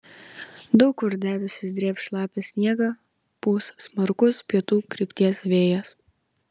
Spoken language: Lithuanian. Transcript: daug kur debesys drėbs šlapią sniegą pūs smarkus pietų krypties vėjas